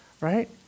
Right